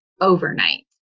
overnight